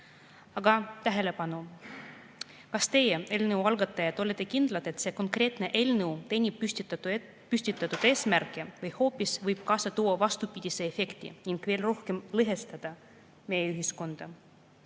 Aga tähelepanu! Kas teie, eelnõu algatajad, olete kindlad, et see konkreetne eelnõu teenib püstitatud eesmärke, või võib see hoopis kaasa tuua vastupidise efekti ning veel rohkem lõhestada meie ühiskonda?